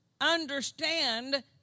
understand